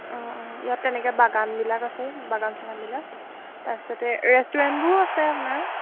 অঁ অঁ ইয়াত তেনেকৈ বাগানবিলাক আছে বাগান চাগানাবিলাক তাৰপিছতে ৰেষ্টুৰেণ্টবোৰো আছে আপোনাৰ